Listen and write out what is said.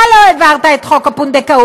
אתה לא העברת את חוק הפונדקאות,